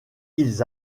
ils